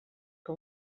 que